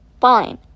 Fine